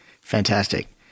fantastic